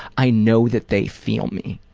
i know that they feel me.